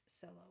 solo